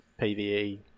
PVE